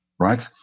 right